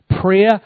Prayer